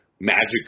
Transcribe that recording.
Magic